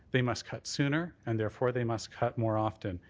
they must cut sooner and therefore they must cut more often.